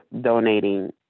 donating